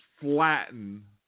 flatten